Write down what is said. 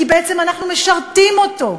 כי בעצם אנחנו משרתים אותו.